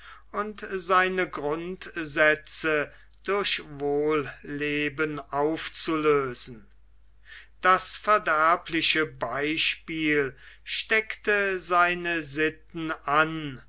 und seine grundsätze durch wohlleben aufzulösen das verderbliche beispiel steckte seine sitten an